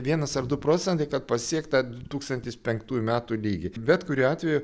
vienas ar du procentai kad pasiekt tą du tūkstantis penktųjų metų lygį bet kuriuo atveju